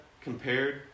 compared